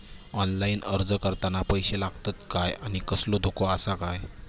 Online अर्ज करताना पैशे लागतत काय आनी कसलो धोको आसा काय?